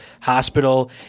hospital